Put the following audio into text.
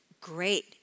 great